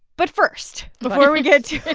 but first, before we get to.